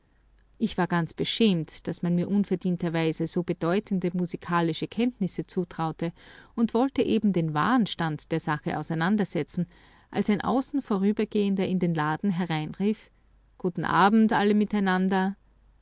ich war ganz beschämt daß man mir unverdienterweise so bedeutende musikalische kenntnisse zutraute und wollte eben den wahren stand der sache auseinandersetzen als ein außen vorübergehender in den laden hereinrief guten abend alle miteinander